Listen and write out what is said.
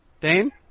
Dane